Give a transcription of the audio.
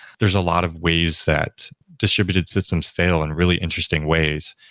there's a lot of ways that distributed systems fail in really interesting ways,